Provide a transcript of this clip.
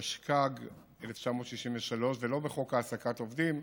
התשכ"ג 1963, ולא בחוק העסקת עובדים,